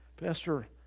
Pastor